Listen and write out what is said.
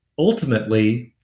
ultimately,